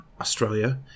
Australia